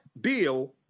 bill